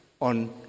on